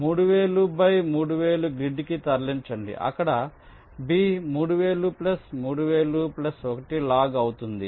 3000 by 3000 grid కి తరలించండి అక్కడ B 3000 3000 1 లాగ్ అవుతుంది